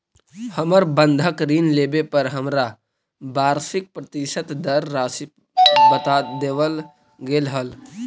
हमर बंधक ऋण लेवे पर हमरा वार्षिक प्रतिशत दर राशी बता देवल गेल हल